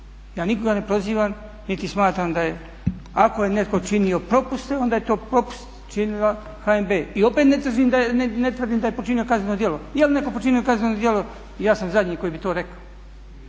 Ja nikoga ne prozivam niti smatram da je ako je netko činio propuste onda je to propust činila HNB i opet ne tvrdim da je počinio kazneno djelo. Jel neko počinio kazneno djelo ja sam zadnji koji bi to rekao